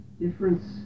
difference